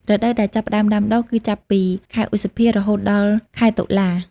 រដូវដែលចាប់ផ្តើមដាំដុះ គឺចាប់ពីខែឧសភា រហូតដល់ខែតុលា។